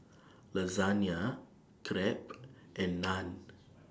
Lasagne Crepe and Naan